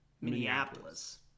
Minneapolis